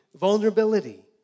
vulnerability